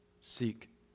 Seek